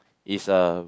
is uh